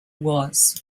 was